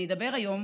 אני אדבר היום